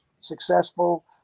successful